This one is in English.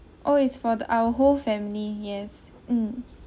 oh is for the our whole family yes mm